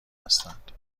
هستند